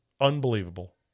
Unbelievable